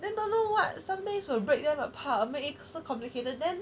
then don't know what sometimes will break them apart make it so complicated then